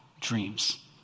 dreams